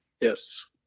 Yes